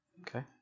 Okay